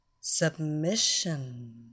Submission